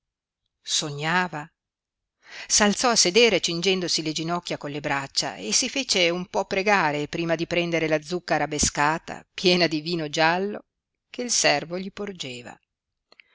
sognava s'alzò a sedere cingendosi le ginocchia con le braccia e si fece un po pregare prima di prendere la zucca arabescata piena di vino giallo che il servo gli porgeva